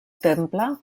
temple